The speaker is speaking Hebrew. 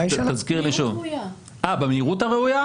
במהירות הראויה.